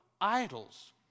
idols